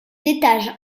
étages